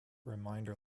reminder